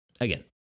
Again